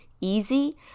easy